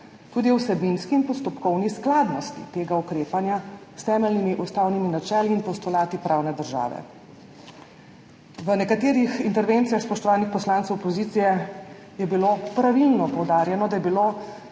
tudi o vsebinski in postopkovni skladnosti tega ukrepanja s temeljnimi ustavnimi načeli in postulati pravne države. V nekaterih intervencijah spoštovanih poslancev opozicije je bilo pravilno poudarjeno, da je bil